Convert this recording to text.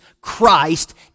Christ